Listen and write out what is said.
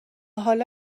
حالا